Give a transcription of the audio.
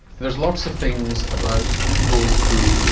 there are lots of things about people who,